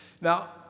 Now